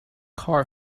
car